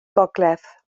gogledd